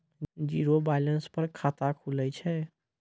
Zero balance पर खाता खुले छै?